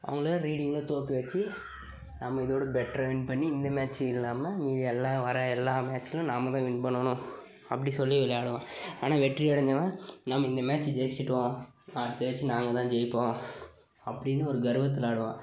அவங்கள ரீடிங்கில் தோற்க வச்சி நம்ம இதோட பெட்ராக வின் பண்ணி இந்த மேட்சி இல்லாமல் மேதி எல்லா வர எல்லா மேட்சிலும் நாம தான் வின் பண்ணனும் அப்படி சொல்லி விளையாடுவான் ஆனால் வெற்றி அடைஞ்சவன் நம்ம இந்த மேட்சி ஜெயிச்சிவிட்டோம் அடுத்த மேட்சி நாங்கள் தான் ஜெயிப்போம் அப்படின்னு ஒரு கருவத்தில் ஆடுவான்